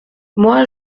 moi